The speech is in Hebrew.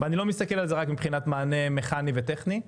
ואני לא מסתכל על זה רק מבחינת מענה מכאני וטכני.